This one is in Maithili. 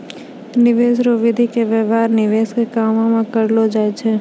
निवेश रो विधि के व्यवहार निवेश के काम मे करलौ जाय छै